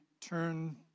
turn